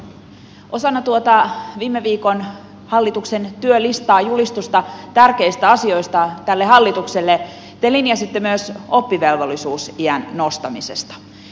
osana tuota viime viikon hallituksen työlistaa julistusta tärkeistä asioista tälle hallitukselle te linjasitte myös oppivelvollisuusiän nostamisesta